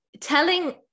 telling